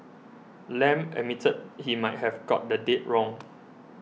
Lam admitted he might have got the date wrong